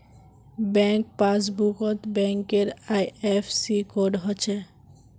bank पासबुकत बैंकेर IFSC code हछे